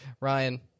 Ryan